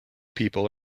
people